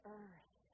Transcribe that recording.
earth